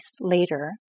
later